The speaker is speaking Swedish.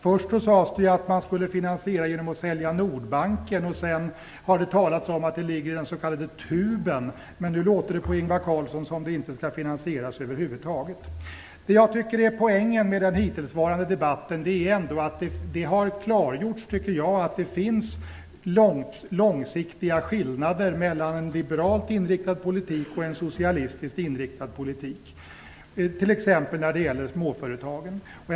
Först sades det att man skulle finansiera genom att sälja Nordbanken. Sedan har det talats om att den ligger i den s.k. tuben. Men nu låter det på Ingvar Carlsson som om den inte skall finansieras över huvud taget. Det jag tycker är poängen med den hittillsvarande debatten är att det har klargjorts att det finns långsiktiga skillnader mellan en liberalt inriktad politik och en socialistiskt inriktad politik, t.ex. när det gäller småföretagen.